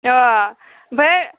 र' आमफाय